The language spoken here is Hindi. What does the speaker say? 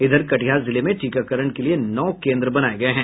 इधर कटिहार जिले में टीकाकरण के लिए नौ केन्द्र बनाये गये हैं